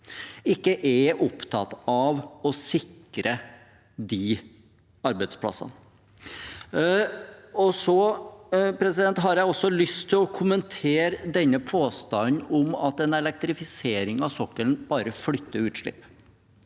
ikke er opptatt av å sikre de arbeidsplassene. Jeg har også lyst til å kommentere påstanden om at en elektrifisering av sokkelen bare flytter utslipp.